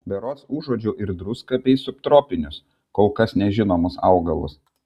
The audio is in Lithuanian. berods užuodžiau ir druską bei subtropinius kol kas nežinomus augalus